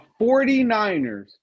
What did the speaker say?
49ers